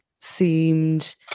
seemed